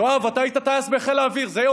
יואב, אתה היית טייס בחיל האוויר, זה יום חג?